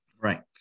right